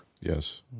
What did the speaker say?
Yes